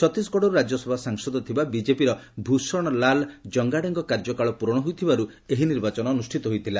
ଛତିଶଗଡ଼ରୁ ରାଜ୍ୟସଭା ସାଂସଦ ଥିବା ବିଜେପିର ଭ୍ ଷଣ ଲାଲ ଜଙ୍ଗାଡେଙ୍କ କାର୍ଯ୍ୟକାଳ ପୂରଣ ହୋଇଥିବାରୁ ଏହି ନିର୍ବାଚନ ଅନୁଷ୍ଠିତ ହୋଇଥିଲା